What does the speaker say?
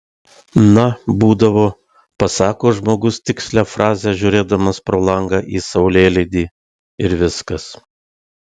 na būdavo pasako žmogus tikslią frazę žiūrėdamas pro langą į saulėlydį ir viskas